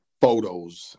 photos